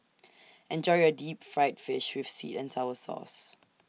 Enjoy your Deep Fried Fish with Seet and Sour Sauce